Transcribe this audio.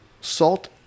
Salt